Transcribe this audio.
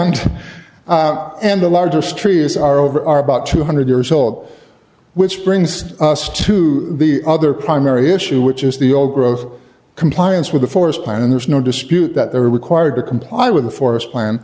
hand out and the largest trees are over about two hundred years old which brings us to the other primary issue which is the old growth of compliance with the forest plan and there's no dispute that they are required to comply with the forest plan